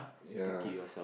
ya